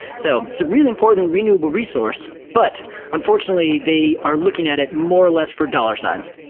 so it's a really important renewable resource, but unfortunately they are looking at it more or less for dollar signs.